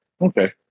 Okay